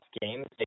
games